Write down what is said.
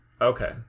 Okay